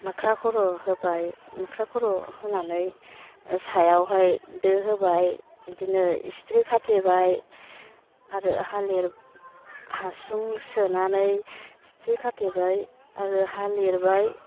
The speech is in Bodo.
मोख्रा खर' होबाय मोख्रा खर' होनानै सायावहाय दो होबाय बिदिनो सिथ्रि खाथेबाय आरो हा लिर हासुं सोनानै सिथ्रि खाथेबाय आरो हा लिरबाय